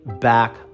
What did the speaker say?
back